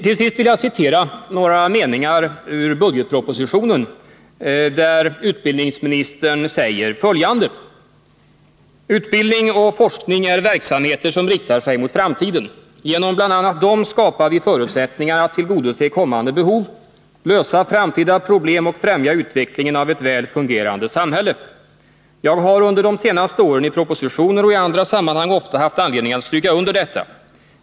Till sist vill jag citera några meningar ur budgetpropositionen, där utbildningsministern säger följande: ”Utbildning och forskning är verksamheter som riktar sig mot framtiden. Genom bl.a. dem skapar vi förutsättningar att tillgodose kommande behov, lösa framtida problem och främja utvecklingen av ett väl fungerande samhälle. Jag har under de senaste åren i propositioner och i andra sammanhang ofta haft anledning att stryka under detta.